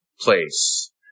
place